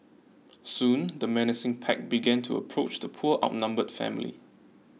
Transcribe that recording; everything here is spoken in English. soon the menacing pack began to approach the poor outnumbered family